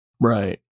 Right